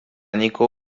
niko